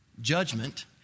judgment